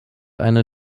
eine